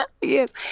Yes